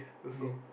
okay